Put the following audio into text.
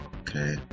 Okay